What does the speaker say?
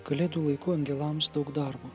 kalėdų laiku angelams daug darbo